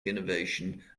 innervation